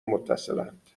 متصلاند